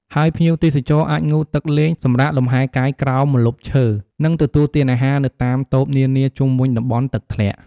ហើយភ្ញៀវទេសចរអាចងូតទឹកលេង សម្រាកលំហែកាយក្រោមម្លប់ឈើ និងទទួលទានអាហារនៅតាមតូបនានាជុំវិញតំបន់ទឹកធ្លាក់។